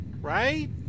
right